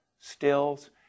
stills